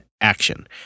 action